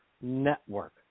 Network